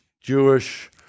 Jewish